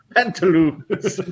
Pantaloons